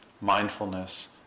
mindfulness